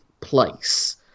place